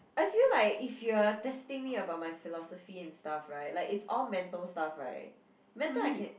I feel like if you're testing me about my philosophy and stuff [right] like it's all mental stuff [right] mental I can